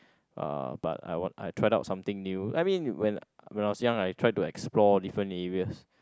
uh but I want I tried out something new I mean when when I was young I try to explore different areas